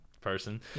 person